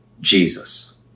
Jesus